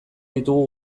ditugu